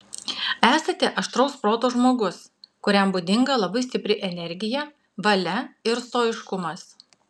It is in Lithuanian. esate aštraus proto žmogus kuriam būdinga labai stipri energija valia ir stoiškumas